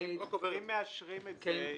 A.S. (טורקיה) 0.25 CİMKO ÇİMENTO VE BETON SANAYI TİCARET